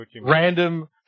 random